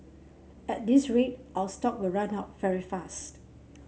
at this rate our stock will run out very fast